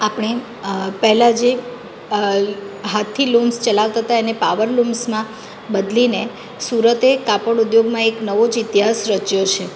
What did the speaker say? આપણે પહેલાં જે હાથથી લુમ્સ ચલાવતા હતા એને પાવર લુમ્સમાં બદલીને સુરતે કાપડ ઉદ્યોગમાં એક નવો જ ઇતિહાસ રચ્યો છે